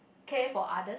care for others